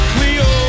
Cleo